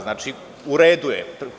Znači, u redu je.